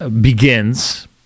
begins